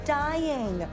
dying